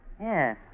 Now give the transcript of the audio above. Yes